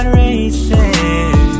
racing